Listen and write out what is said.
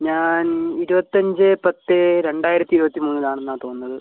ഞാൻ ഇരുപത്തഞ്ച് പത്ത് രണ്ടായിരത്തി ഇരുപത്തി മൂന്നിലാണെന്നാണ് തോന്നുന്നത്